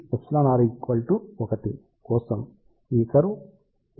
కాబట్టి εr 1 కోసం ఈ కర్వ్ ఇలాంటిదే అవుతుంది